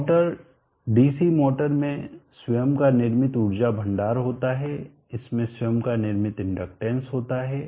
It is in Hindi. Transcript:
मोटर डीसी मोटर में स्वयं का निर्मित ऊर्जा भंडारण होता है इसमें स्वयं का निर्मित इंडक्टेंस होता है